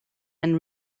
and